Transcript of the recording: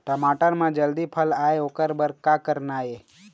टमाटर म जल्दी फल आय ओकर बर का करना ये?